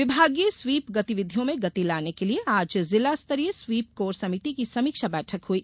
विभागीय स्वीप गतिविधियों में गति लाने के लिए आज जिला स्तरीय स्वीप कोर समिति की समीक्षा बैठक हुई